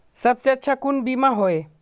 सबसे अच्छा कुन बिमा होय?